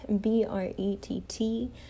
B-R-E-T-T